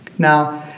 now,